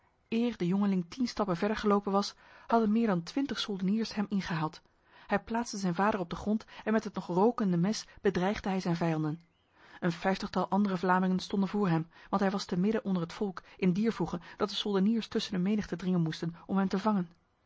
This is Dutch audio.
de jongeling tien stappen verder gelopen was hadden meer dan twintig soldeniers hem ingehaald hij plaatste zijn vader op de grond en met het nog rokende mes bedreigde hij zijn vijanden een vijftigtal andere vlamingen stonden voor hem want hij was te midden onder het volk in dier voege dat de soldeniers tussen de menigte dringen moesten om hem te vangen